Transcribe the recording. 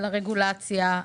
על הרגולציה,